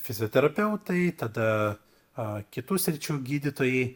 fizioterapeutai tada a kitų sričių gydytojai